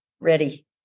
Ready